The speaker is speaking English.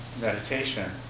meditation